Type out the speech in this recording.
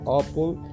apple